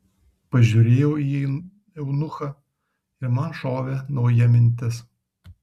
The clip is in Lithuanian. pažiūrėjau į eunuchą ir man šovė nauja mintis